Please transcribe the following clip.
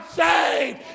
saved